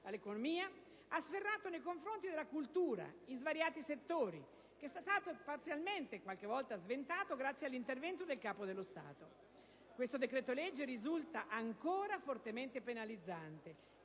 all'economia, ha sferrato nei confronti della cultura in svariati settori, attacchi parzialmente e qualche volta sventati anche grazie all'intervento del Capo dello Stato. Questo decreto-legge risulta ancora fortemente penalizzante